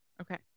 Okay